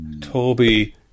Toby